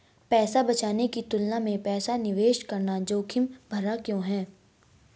पैसा बचाने की तुलना में पैसा निवेश करना जोखिम भरा क्यों है?